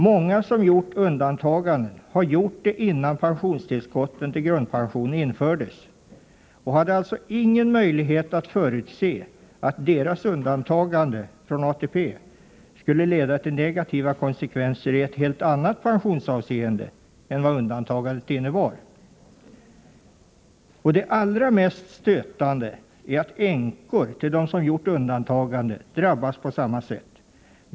Många som gjort undantaganden har gjort det innan pensionstillskotten till grundpensionen infördes och hade alltså ingen möjlighet att förutse att deras undantagande från ATP skulle leda till negativa konsekvenser i ett helt annat pensionsavseende än vad undantagandet innebar. Det allra mest stötande är att änkor till dem som gjort undantagande drabbas på samma sätt.